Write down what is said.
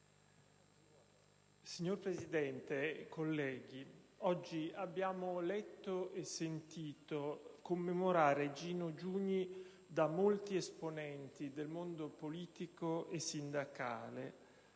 Signor Presidente, oggi abbiamo letto e sentito commemorare Gino Giugni da molti esponenti del mondo politico e sindacale.